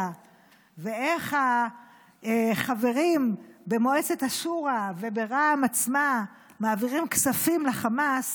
ואיך החברים במועצת השורא וברע"מ עצמה מעבירים כספים לחמאס,